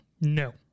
No